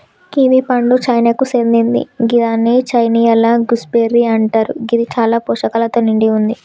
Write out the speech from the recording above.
kiwi పండు చైనాకు సేందింది గిదాన్ని చైనీయుల గూస్బెర్రీ అంటరు గిది చాలా పోషకాలతో నిండి వుంది